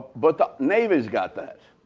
but the navy's got that.